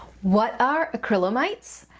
what are acrylamides?